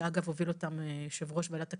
שאגב הוביל אותם יושב ראש ועדת הכספים,